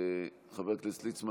חבר הכנסת ליצמן,